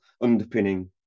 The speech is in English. underpinning